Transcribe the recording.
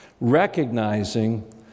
recognizing